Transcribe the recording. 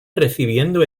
recibiendo